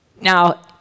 Now